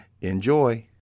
Enjoy